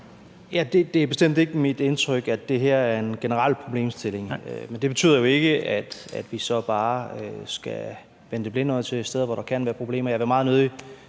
Det er bestemt ikke mit indtryk, at det her er en generel problemstilling, men det betyder jo ikke, at vi så bare skal vende det blinde øje til med hensyn til steder, hvor der kan være problemer. Jeg vil meget nødig